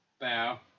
Bow